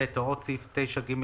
(ב)הוראות סעיף 9(ג1ג)(2)(ב)